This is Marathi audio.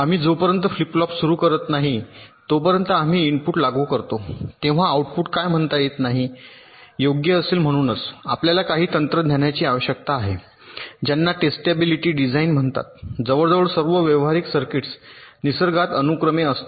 आम्ही जोपर्यंत फ्लिप फ्लॉप सुरू करत नाही तोपर्यंत आम्ही इनपुट लागू करतो तेव्हा आउटपुट काय म्हणता येत नाही योग्य असेल म्हणूनच आपल्याला काही तंत्रज्ञानाची आवश्यकता आहे ज्यांना टेस्टॅबिलिटीसाठी डिझाइन म्हणतात जवळजवळ सर्व व्यावहारिक सर्किट्स निसर्गात अनुक्रमे असतात